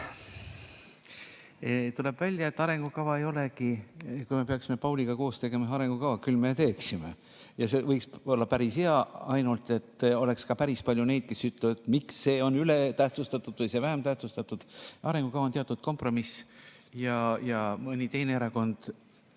asjade väljajätmiseks? Kui me peaksime Pauliga koos tegema ühe arengukava, küll me siis teeksime. See võiks olla päris hea, ainult et oleks ka päris palju neid, kes ütleksid, et miks see on ületähtsustatud või see vähem tähtsustatud. Arengukava on teatud kompromiss. Mõni teine erakond